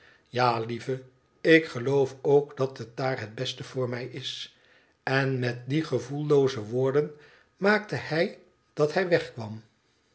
tja lieve ik geloof ook dat het daar het beste voor mij is en met die gevoellooze woorden maakte hij dat hij wegkwam